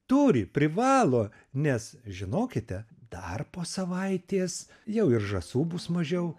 turi privalo nes žinokite dar po savaitės jau ir žąsų bus mažiau